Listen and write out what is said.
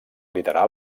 liderar